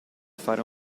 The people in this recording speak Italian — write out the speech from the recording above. fare